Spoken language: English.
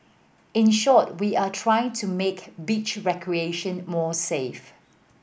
in short we are trying to make beach recreation more safe